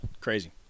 Crazy